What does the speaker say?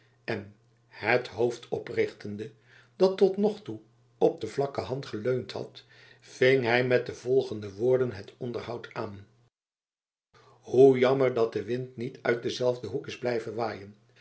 en het hoofd oprichtende dat tot nog toe op de vlakke hand geleund had ving hij met de volgende woorden het onderhoud aan hoe jammer dat de wind niet uit denzelfden hoek is blijven waaien